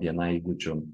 bni įgūdžių